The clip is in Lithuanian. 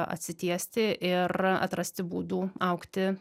atsitiesti ir atrasti būdų augti